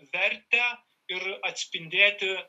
vertę ir atspindėti